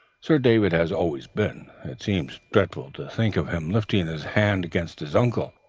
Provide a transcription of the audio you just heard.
sir david has always been it seems dreadful to think of him lifting his hand against his uncle.